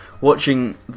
watching